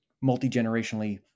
multi-generationally